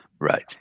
Right